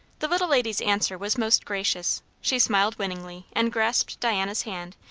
the little lady's answer was most gracious she smiled winningly and grasped diana's hand,